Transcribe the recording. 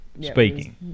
speaking